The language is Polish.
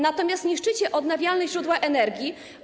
natomiast niszczycie odnawialne źródła energii.